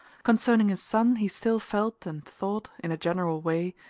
concerning his son he still felt and thought, in a general way,